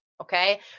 okay